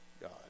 God